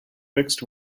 fixed